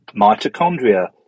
mitochondria